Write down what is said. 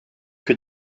que